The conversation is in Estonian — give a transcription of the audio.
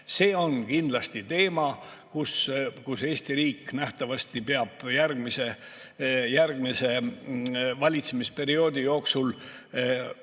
See on kindlasti teema, kuhu Eesti riik nähtavasti peab järgmise valitsemisperioodi jooksul